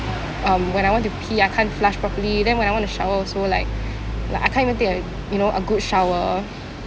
um when I want to pee I can't flush properly then when I want to shower also like like I can't even take a you know a good shower